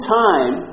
time